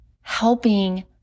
helping